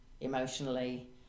emotionally